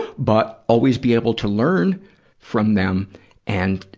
but always be able to learn from them and